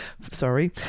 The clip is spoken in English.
sorry